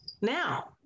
now